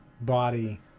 body